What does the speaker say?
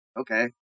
okay